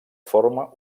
forma